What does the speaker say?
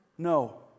No